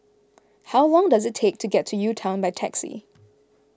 how long does it take to get to UTown by taxi